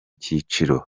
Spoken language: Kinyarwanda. cyiciro